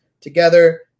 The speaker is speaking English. together